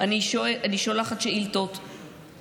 האדם עם שלושה כתבי אישום.